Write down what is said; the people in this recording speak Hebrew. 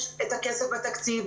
יש את הכסף בתקציב.